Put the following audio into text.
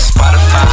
Spotify